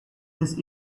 this